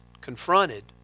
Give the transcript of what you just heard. confronted